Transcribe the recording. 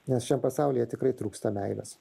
nes šiam pasaulyje tikrai trūksta meilės